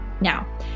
Now